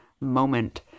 moment